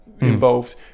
involved